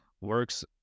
Works